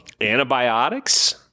Antibiotics